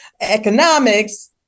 economics